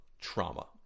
trauma